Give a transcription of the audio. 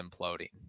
imploding